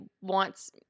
wants